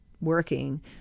Working